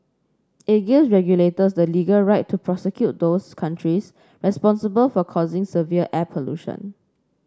it gives regulators the legal right to prosecute those countries responsible for causing severe air pollution